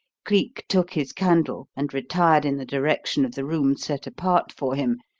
cleek took his candle and retired in the direction of the rooms set apart for him,